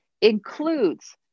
includes